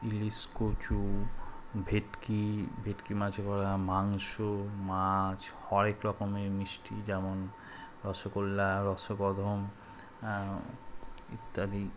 ইলিশ কচু ভেটকি ভেটকি মাছের পরে আ মাংস মাছ হরেক রকমের মিষ্টি যেমন রসগোল্লা রসকদম্ব ইত্যাদি